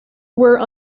were